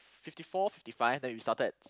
fifty four fifty five then we started at